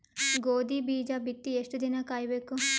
ಗೋಧಿ ಬೀಜ ಬಿತ್ತಿ ಎಷ್ಟು ದಿನ ಕಾಯಿಬೇಕು?